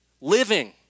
living